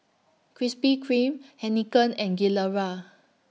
Krispy Kreme Heinekein and Gilera